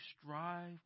strive